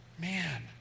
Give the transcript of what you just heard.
Man